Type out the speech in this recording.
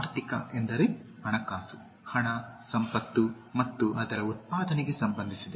ಆರ್ಥಿಕ ಎಂದರೆ ಹಣಕಾಸು ಹಣ ಸಂಪತ್ತು ಮತ್ತು ಅದರ ಉತ್ಪಾದನೆಗೆ ಸಂಬಂಧಿಸಿದೆ